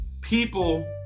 people